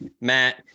Matt